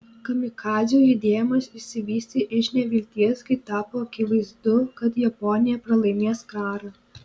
kamikadzių judėjimas išsivystė iš nevilties kai tapo akivaizdu kad japonija pralaimės karą